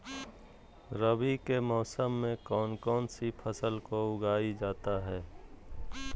रवि के मौसम में कौन कौन सी फसल को उगाई जाता है?